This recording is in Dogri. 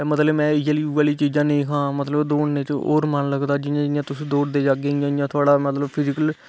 मतलब में इये जेही ओऐ जेही चीजां नेई खां मतलब दौड़ने च और मन लगदा जियां जियां तुस दौड़दे जागे इया इयां थुआढ़ा मतलब फिजीकल